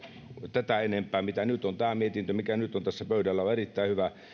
tätä enempää kuin mitä nyt on tämä mietintö mikä nyt on tässä pöydällä on erittäin hyvä